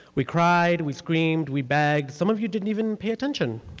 we cried, we screamed, we begged, some of you didn't even pay attention.